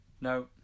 No